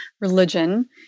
religion